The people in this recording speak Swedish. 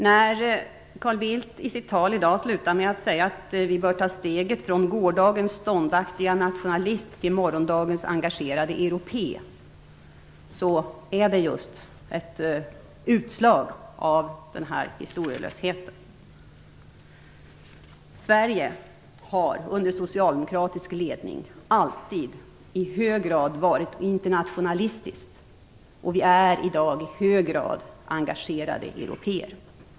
Att Carl Bildt i dag avslutade sitt tal med att säga att vi bör " ta steget från gårdagens ståndaktiga nationalism till morgondagens engagerade europé " var ett utslag av denna historielöshet. Sverige har under socialdemokratisk ledning alltid i hög grad varit internationalistiskt, och vi är i hög grad engagerade européer.